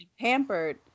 pampered